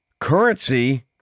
currency